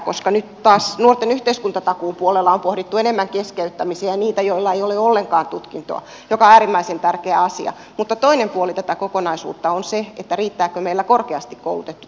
koska nyt taas nuorten yhteiskuntatakuun puolella on pohdittu enemmän keskeyttämisiä ja niitä joilla ei ole ollenkaan tutkintoa mikä on äärimmäisen tärkeä asia mutta toinen puoli tätä kokonaisuutta on se riittääkö meillä korkeasti koulutettu työvoima